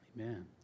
Amen